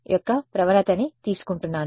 యొక్క ప్రవణతని తీసుకుంటున్నాను